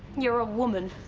you're a woman.